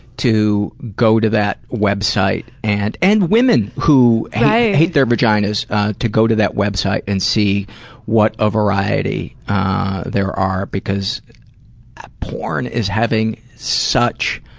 to go to that website. and and women women who hate their vaginas to go to that website and see what a variety there are, because ah porn is having such